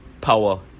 power